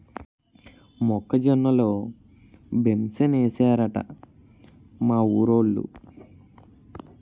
మొక్క జొన్న లో బెంసేనేశారట మా ఊరోలు